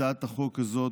הצעת חוק העונשין